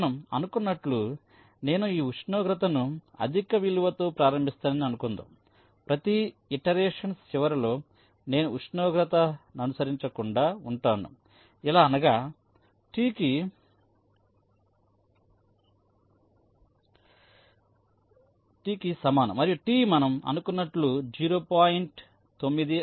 మనం అనుకున్నట్లు నేను ఈ ఉష్ణోగ్రతను అధిక విలువ తో ప్రారంభిస్తానని అనుకుందాం ప్రతి ఇటరేషన్స్ చివరలో నేను ఉష్ణోగ్రతనుసవరించుకుంటూ ఉంటాను ఎలా అనగా T కి సమానం అయిన T మనం అనుకున్నట్టు 0